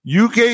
UK